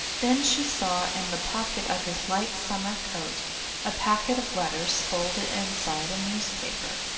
then she saw in the pocket of his light summer coat a packet of letters folded inside a newspaper,